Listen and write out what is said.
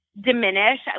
diminish